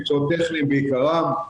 מקצועות טכניים בעיקרם,